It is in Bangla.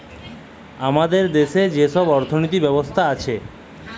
আমাদের দ্যাশে যে ছব অথ্থলিতি ব্যবস্থা আছে